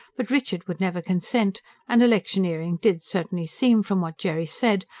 but richard would never consent and electioneering did certainly seem, from what jerry said,